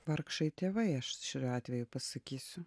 vargšai tėvai aš šiuo atveju pasakysiu